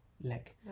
leg